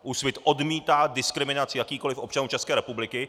Úsvit odmítá diskriminaci jakýchkoli občanů České republiky.